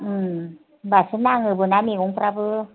होनबासो नाङोबा मैगंफ्राबो